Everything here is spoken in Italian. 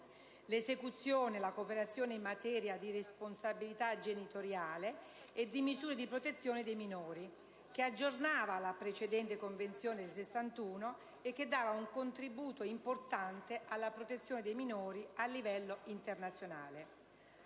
l'esecuzione e la cooperazione in materia di responsabilità genitoriale e di misure di protezione dei minori», che aggiornava la precedente Convenzione del 1961 e che dava un contributo importante alla protezione dei minori a livello internazionale.